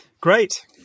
Great